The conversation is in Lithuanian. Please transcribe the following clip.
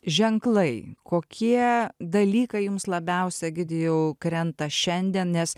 ženklai kokie dalykai jums labiausia egidijau krenta šiandien nes